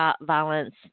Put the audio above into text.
violence